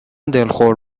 دلخور